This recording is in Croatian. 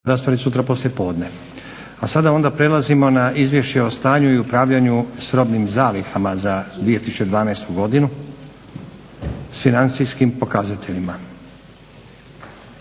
**Stazić, Nenad (SDP)** A sada onda prelazimo na - Izvješće o stanju i upravljanju s robnim zalihama za 2012. godinu, s financijskim pokazateljima.